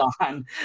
on